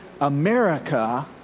America